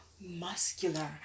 muscular